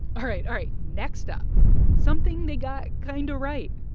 all right. all right. next up something they got kind of right.